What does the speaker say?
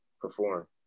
perform